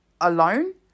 alone